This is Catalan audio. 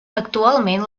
actualment